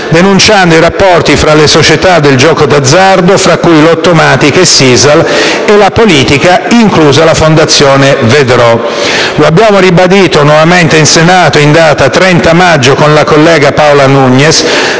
denunciando i rapporti tra le società del gioco d'azzardo, tra cui Lottomatica e Sisal, e la politica, inclusa la fondazione VeDrò. Lo abbiamo ribadito nuovamente in Senato, in data 30 maggio, con la collega Paola Nugnes,